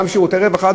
גם ניתן שירותי רווחה,